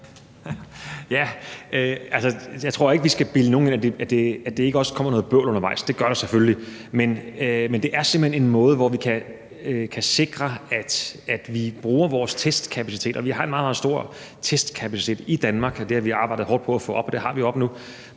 Jeg tror ikke, at vi skal bilde nogen ind, at der ikke også kommer noget bøvl undervejs. Det gør der selvfølgelig. Men det er simpelt hen en måde, hvorpå vi kan sikre, at vi bruger vores testkapacitet. Og vi har en meget, meget stor testkapacitet i Danmark, og det har vi arbejdet hårdt på at få op, og det har vi oppe nu.